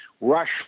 rush